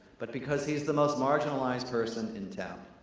but because he's the most marginalized person in town.